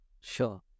Sure